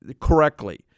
correctly